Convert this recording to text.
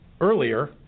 earlier